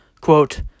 quote